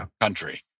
country